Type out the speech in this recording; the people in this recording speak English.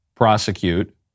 prosecute